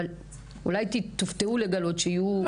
אבל אולי תופתעו לגלות שיהיו.